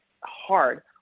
hard